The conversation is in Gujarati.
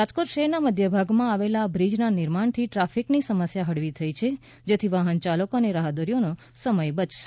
રાજકોટ શહેરના મધ્યભાગમાં આવેલ આ બ્રિજના નિર્માણથી ટ્રાફિકની સમસ્યા હળવી થઇ છે જેથી વાહનચાલકો અને રાહદારીઓનો સમય બચશે